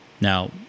Now